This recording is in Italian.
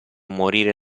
morire